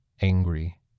angry